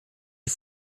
die